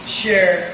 share